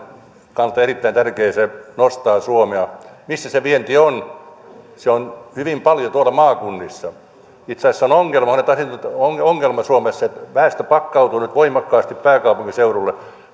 kannalta erittäin tärkeää se nostaa suomea missä se vienti on se on hyvin paljon tuolla maakunnissa itse asiassa on ongelma suomessa että väestö pakkautuu nyt voimakkaasti pääkaupunkiseudulle